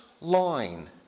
line